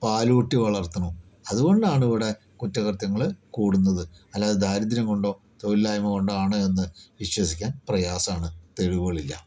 പാലൂട്ടി വളർത്തുന്നു അതുകൊണ്ടാണിവിടെ കുറ്റകൃത്യങ്ങൾ കൂടുന്നത് അല്ലാതെ ദാരിദ്രം കൊണ്ടോ തൊഴിലില്ലായ്മ കൊണ്ടോ ആണ് എന്ന് വിശ്വസിക്കാൻ പ്രയാസമാണ് തെളിവുകളില്ല